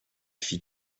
fit